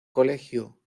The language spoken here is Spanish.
colegio